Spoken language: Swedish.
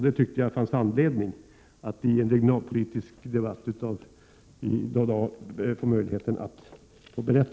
Det tycker jag finns anledning att berätta i en regionalpolitisk debatt.